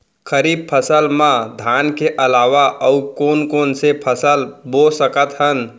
खरीफ फसल मा धान के अलावा अऊ कोन कोन से फसल बो सकत हन?